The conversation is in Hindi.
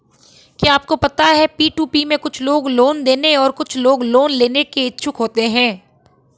क्या आपको पता है पी.टू.पी में कुछ लोग लोन देने और कुछ लोग लोन लेने के इच्छुक होते हैं?